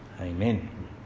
Amen